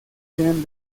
tienen